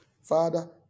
Father